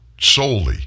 solely